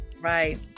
Right